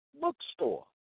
bookstore